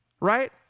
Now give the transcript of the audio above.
Right